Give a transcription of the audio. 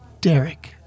Derek